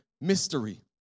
mystery